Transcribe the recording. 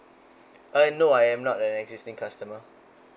uh no I am not an existing customer